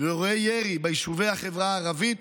ואירועי ירי ביישובי החברה הערבית